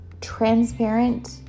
transparent